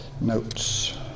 notes